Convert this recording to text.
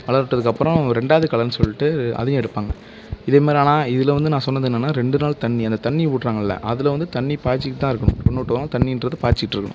வளரவிட்டதுக்கப்பறம் ரெண்டாவது களைன்னு சொல்லிட்டு அதையும் எடுப்பாங்க இதுமாரி ஆனால் இதில் வந்து நான் சொன்னது என்னன்னால் ரெண்டு நாள் தண்ணி அந்த தண்ணி விடுறாங்கள்ல அதில் வந்து தண்ணி பாய்ச்சிக்கிட்டு தான் இருக்கணும் ஒன்னுவிட்டு ஒரு நாள் தண்ணின்றது பாய்ச்சிக்கிட்டு இருக்கணும்